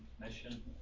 Mission